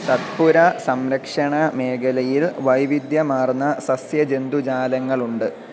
സത്പുര സംരക്ഷണ മേഘലയിൽ വൈവിധ്യമാർന്ന സസ്യജന്തുജാലങ്ങളുണ്ട്